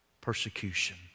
persecution